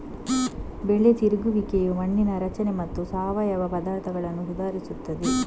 ಬೆಳೆ ತಿರುಗುವಿಕೆಯು ಮಣ್ಣಿನ ರಚನೆ ಮತ್ತು ಸಾವಯವ ಪದಾರ್ಥಗಳನ್ನು ಸುಧಾರಿಸುತ್ತದೆ